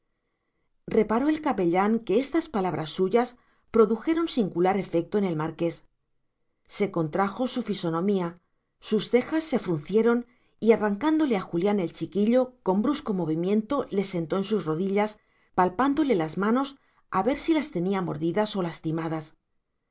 reparó el capellán que estas palabras suyas produjeron singular efecto en el marqués se contrajo su fisonomía sus cejas se fruncieron y arrancándole a julián el chiquillo con brusco movimiento le sentó en sus rodillas palpándole las manos a ver si las tenía mordidas o lastimadas